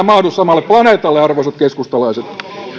mahdu samalle planeetalle arvoisat keskustalaiset